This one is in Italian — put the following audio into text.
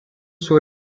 suo